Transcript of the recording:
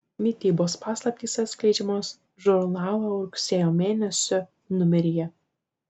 mitybos paslaptys atskleidžiamos žurnalo rugsėjo mėnesio numeryje